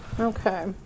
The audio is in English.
Okay